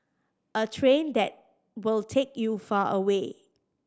a train that will take you far away